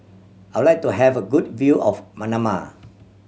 I would like to have a good view of Manama